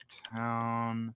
town